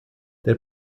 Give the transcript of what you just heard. der